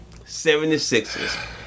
76ers